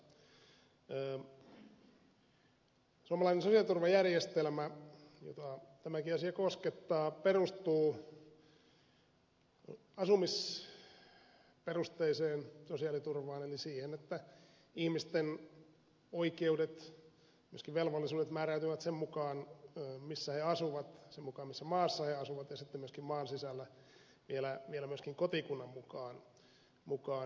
suomalainen sosiaaliturvajärjestelmä jota tämäkin asia koskettaa perustuu asumisperusteiseen sosiaaliturvaan eli siihen että ihmisten oikeudet ja myöskin velvollisuudet määräytyvät sen mukaan missä he asuvat sen mukaan missä maassa he asuvat ja sitten maan sisällä vielä myöskin kotikunnan mukaan